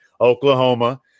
Oklahoma